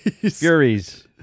Furies